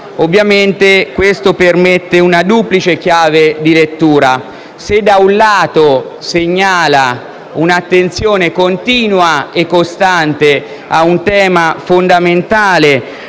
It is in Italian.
permette ovviamente una duplice chiave di lettura: se, da un lato, segnala un'attenzione continua e costante a un tema fondamentale,